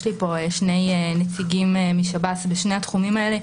יש לי פה שני נציגים משב"ס בשני התחומים האלה,